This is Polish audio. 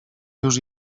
już